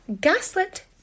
Gaslit